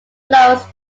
flows